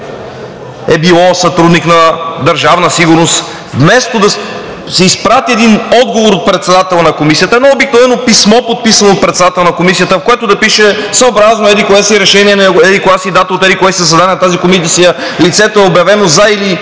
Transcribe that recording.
е било сътрудник на Държавна сигурност, вместо да се изпрати отговор от председателя на Комисията – едно обикновено писмо, подписано от председателя на Комисията, в което да пише: съобразно еди-кое си решение, на еди-коя си дата, от еди-кое си заседание на тази Комисия лицето е обявено за или